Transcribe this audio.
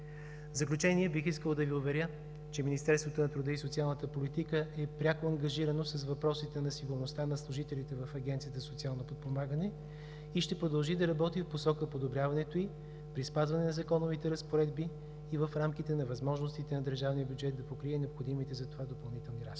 В заключение бих искал да Ви уверя, че Министерството на труда и социалната политика е пряко ангажирано с въпросите на сигурността на служителите в Агенцията за социално подпомагане и ще продължи да работи в посока подобряването й при спазване на законовите разпоредби и в рамките на възможностите на държавния бюджет да покрие необходимите за това допълнителни разходи.